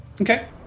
Okay